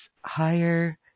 higher